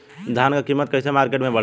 धान क कीमत कईसे मार्केट में बड़ेला?